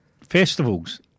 festivals